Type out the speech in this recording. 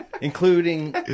including